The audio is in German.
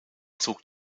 zog